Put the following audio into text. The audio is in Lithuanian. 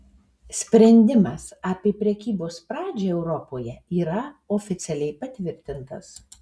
sprendimas apie prekybos pradžią europoje yra oficialiai patvirtintas